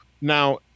Now